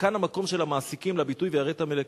וכאן המקום של המעסיקים לביטוי "ויראת מאלהיך".